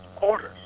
orders